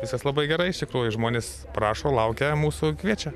viskas labai gerai iš tikrųjų žmonės prašo laukia mūsų kviečia